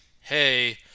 hey